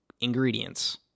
ingredients